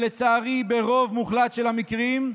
לצערי, ברוב מוחלט של המקרים,